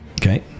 Okay